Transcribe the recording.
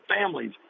families